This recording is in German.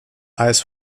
eis